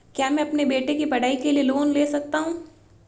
क्या मैं अपने बेटे की पढ़ाई के लिए लोंन ले सकता हूं?